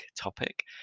topic